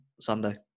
Sunday